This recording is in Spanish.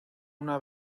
una